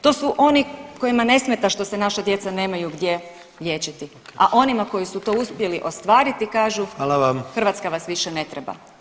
To su oni kojima ne smeta što se naša djeca nemaju gdje liječiti, a onima koji su to uspjeli ostvariti kažu [[Upadica predsjednik: Hvala vam.]] Hrvatska vas više ne treba.